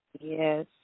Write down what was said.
yes